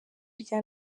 rya